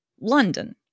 London